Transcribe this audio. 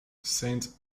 saint